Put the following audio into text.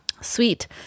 sweet